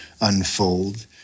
unfold